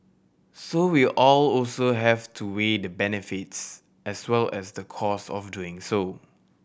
so we'll also have to weigh the benefits as well as the cost of doing so